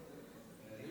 ההצעה